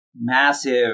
massive